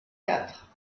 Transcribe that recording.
quatre